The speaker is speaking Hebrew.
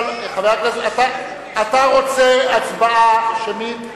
חבר הכנסת, אתה רוצה הצבעה שמית?